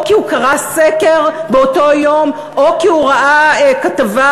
או כי הוא קרא סקר באותו יום או כי הוא ראה כתבה